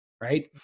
right